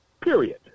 Period